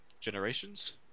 Generations